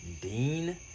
Dean